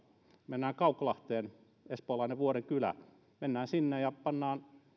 mennä kauklahteen espoolainen vuoden kylä ja panna